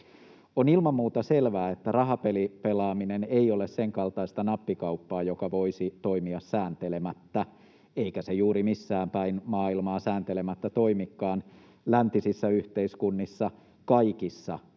On ilman muuta selvää, että rahapelaaminen ei ole senkaltaista nappikauppaa, joka voisi toimia sääntelemättä, eikä se juuri missään päin maailmaa sääntelemättä toimikaan. Läntisissä yhteiskunnissa, kaikissa,